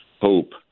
hope